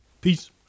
Peace